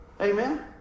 Amen